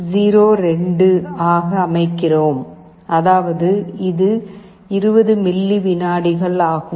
02 ஆக அமைக்கிறோம் அதாவது இது 20 மில்லி வினாடிகள் ஆகும்